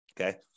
Okay